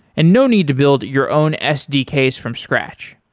and no need to build your own sdks from scratch.